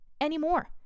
anymore